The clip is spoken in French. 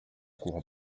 courant